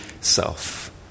self